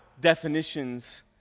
definitions